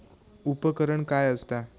उपकरण काय असता?